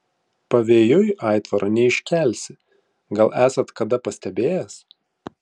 pavėjui aitvaro neiškelsi gal esat kada pastebėjęs